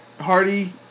Hardy